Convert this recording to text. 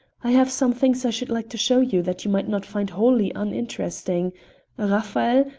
i have some things i should like to show you that you might not find wholly uninteresting a raphael,